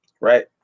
Right